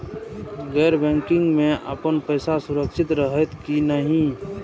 गैर बैकिंग में अपन पैसा सुरक्षित रहैत कि नहिं?